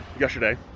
Yesterday